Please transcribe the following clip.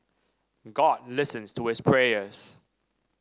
god listens to his prayers